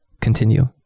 continue